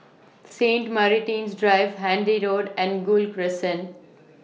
Saint Martin's Drive Handy Road and Gul Crescent